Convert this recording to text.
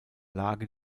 lage